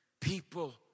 people